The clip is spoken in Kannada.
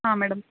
ಹಾಂ ಮೇಡಮ್